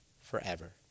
forever